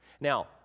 Now